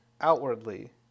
outwardly